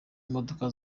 imodoka